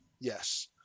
yes